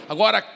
Agora